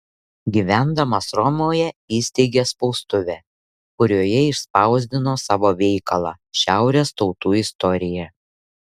gyvendamas romoje įsteigė spaustuvę kurioje išspausdino savo veikalą šiaurės tautų istorija